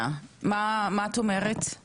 לדעתי הנושא הזה כבר עלה בדיונים הקודמים,